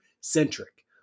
centric